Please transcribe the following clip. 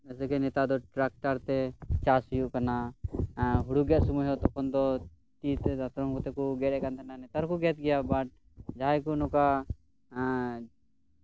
ᱡᱮᱭᱥᱮ ᱜᱮ ᱱᱮᱛᱟᱨ ᱫᱚ ᱴᱨᱟᱠᱴᱟᱨ ᱛᱮ ᱪᱟᱥ ᱦᱩᱭᱩᱜ ᱠᱟᱱᱟ ᱮᱸᱜ ᱦᱩᱲᱩ ᱜᱮᱫ ᱥᱚᱢᱚᱭ ᱦᱚᱸ ᱛᱚᱠᱷᱚᱱ ᱫᱚ ᱛᱤ ᱛᱮ ᱫᱟᱛᱨᱚᱢ ᱛᱮᱠᱚ ᱜᱮᱫᱮᱛ ᱠᱟᱱ ᱛᱟᱦᱮᱸᱱᱟ ᱱᱮᱛᱟᱨ ᱦᱚᱸᱠᱮ ᱜᱮᱫ ᱜᱮᱭᱟ ᱵᱟᱴ ᱡᱟᱦᱟᱸᱭ ᱠᱚ ᱱᱚᱝᱠᱟ ᱮᱸᱜ